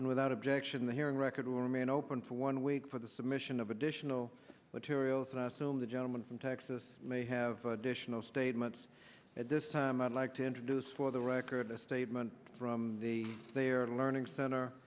and without objection the hearing record will remain open for one week for the submission of additional materials and i assume the gentleman from texas may have additional statements at this time i'd like to introduce for the record a statement from the their learning center